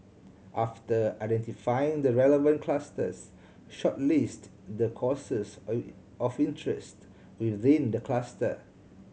after identifying the relevant clusters shortlist the courses of interest within the cluster